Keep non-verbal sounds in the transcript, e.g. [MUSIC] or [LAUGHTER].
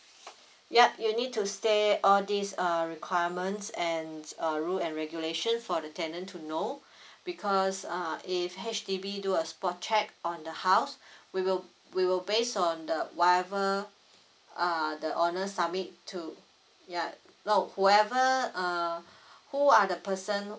ya you need to state all these uh requirements and uh rule and regulation for the tenant to know [BREATH] because uh if H_D_B do a spot check on the house [BREATH] we will we will based on the whatever uh the owner submit to ya no whoever uh [BREATH] who are the person